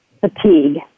fatigue